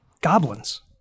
goblins